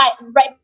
right